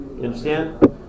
understand